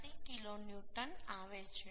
88 kilo newton આવે છે